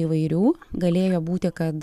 įvairių galėjo būti kad